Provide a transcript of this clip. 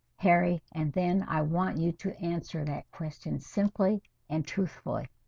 harry and then i want you to answer that question simply and truthfully